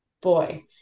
boy